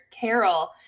Carol